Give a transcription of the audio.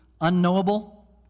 unknowable